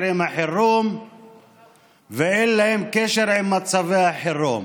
עם החירום ואין להם קשר עם מצבי החירום.